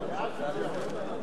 הרווחה והבריאות נתקבלה.